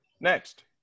Next